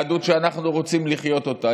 יהדות שאנחנו רוצים לחיות אותה,